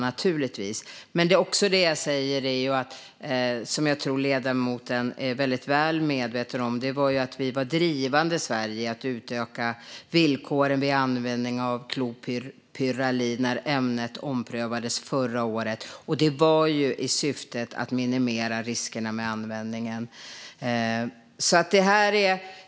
Men jag säger också, vilket jag tror att ledamoten är väldigt väl medveten om, att Sverige var drivande i att utöka villkoren vid användning av klopyralid när ämnet omprövades förra året. Det var i syfte att minimera riskerna med användningen.